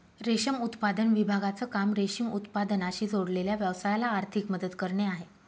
रेशम उत्पादन विभागाचं काम रेशीम उत्पादनाशी जोडलेल्या व्यवसायाला आर्थिक मदत करणे आहे